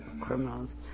criminals